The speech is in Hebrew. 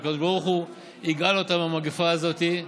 והקדוש ברוך הוא יגאל אותנו מהמגפה הזאת,